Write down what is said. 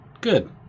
good